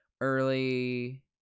early